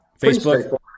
Facebook